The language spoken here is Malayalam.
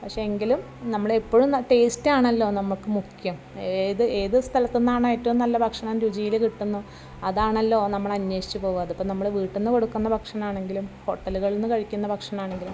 പക്ഷേ എങ്കിലും നമ്മളെപ്പോഴും ടേസ്റ്റാണല്ലോ നമുക്ക് മുഖ്യം ഏത് ഏത് സ്ഥലത്തു നിന്നാണ് ഏറ്റവും നല്ല ഭക്ഷണം രുചിയിൽ കിട്ടുന്നോ അതാണല്ലോ നമ്മളന്വേഷിച്ചു പോകുക അതിപ്പം നമ്മൾ വീട്ടിൽ നിന്നു കൊടുക്കുന്ന ഭക്ഷണമാണെങ്കിലും ഹോട്ടലുകളിൽ നിന്നു കഴിക്കുന്ന ഭക്ഷണമാണെങ്കിലും